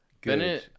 good